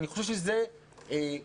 אני חושב שזה נושא לדון בו.